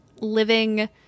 living